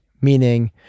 meaning